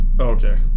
okay